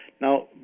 Now